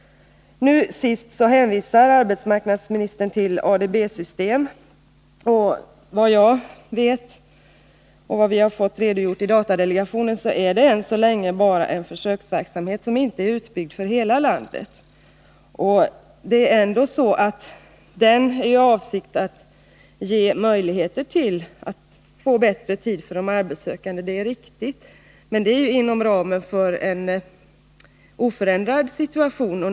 Nu senast hänvisar arbetsmarknadsministern till ADB-system. Såvitt jag vet — och enligt vad som redovisats för oss i datadelegationen — är det ännu så länge bara en försöksverksamhet, som inte är utbyggd för hela landet. Denna verksamhet är ändå avsedd att ge möjligheter för personalen att få bättre tid för de arbetssökande, det är riktigt. Men det gäller inom ramen för en oförändrad situation.